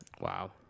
Wow